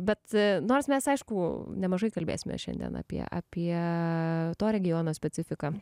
bet nors mes aišku nemažai kalbėsime šiandien apie apie to regiono specifiką